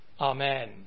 Amen